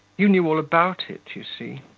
you knew all about it, you see.